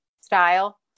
style